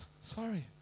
sorry